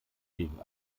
gegen